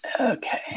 Okay